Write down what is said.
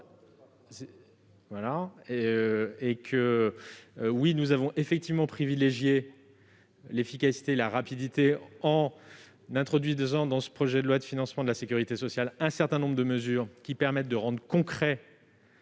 dire ! Nous avons effectivement privilégié l'efficacité et la rapidité, en introduisant dans ce projet de loi de financement de la sécurité sociale un certain nombre de mesures qui permettent de créer concrètement